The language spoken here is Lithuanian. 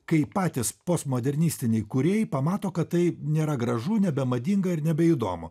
kai patys postmodernistiniai kūrėjai pamato kad tai nėra gražu nebemadinga ir nebeįdomu